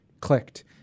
clicked